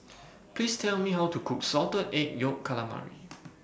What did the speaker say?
Please Tell Me How to Cook Salted Egg Yolk Calamari